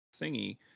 thingy